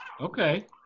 okay